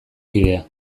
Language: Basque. kidea